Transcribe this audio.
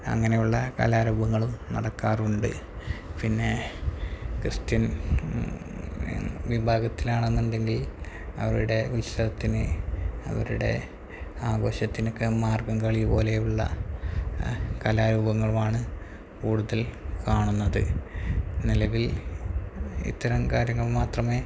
അങ്ങനെയുള്ള കലാരൂപങ്ങളും നടക്കാറുണ്ട് പിന്നെ ക്രിസ്ത്യൻ വിഭാഗത്തിലാണെന്നുണ്ടെങ്കിൽ അവരുടെ ഉത്സവത്തിന് അവരുടെ ആഘോഷത്തിനൊക്കെ മാർഗ്ഗം കളി പോലെയുള്ള കലാരൂപങ്ങളുമാണ് കൂടുതൽ കാണുന്നത് നിലവിൽ ഇത്തരം കാര്യങ്ങൾ മാത്രമേ